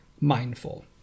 mindful